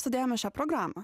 studijavome šią programą